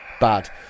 bad